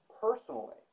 personally